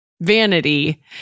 vanity